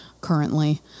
currently